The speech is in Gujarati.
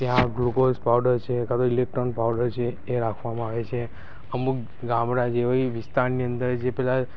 ત્યાં ગ્લુકોઝ પાવડર છે કાં તો ઇલેક્ટ્રોન પાવડર છે એ રાખવમાં આવે છે અમુક ગામડાં જે હોય વિસ્તારની અંદર જે પહેલાં